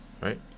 right